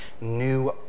new